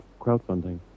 crowdfunding